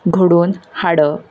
घडोवन हाडप